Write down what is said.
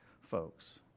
folks